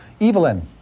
Evelyn